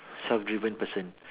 self driven person